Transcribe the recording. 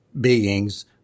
beings